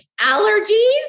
allergies